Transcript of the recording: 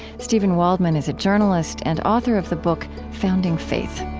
steven waldman is a journalist and author of the book, founding faith